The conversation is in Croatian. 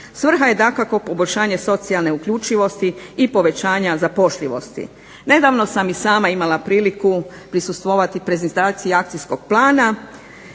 Svrha je dakako poboljšanje socijalne uključivosti i povećanja zapošljivosti. Nedavno sam i sama imala priliku prisustvovati prezentaciji akcijskog plana